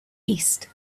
east